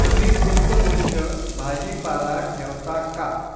तुम्ही पुष्पगुच्छ भाजीपाला ठेवता का